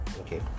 Okay